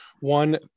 one